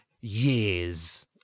years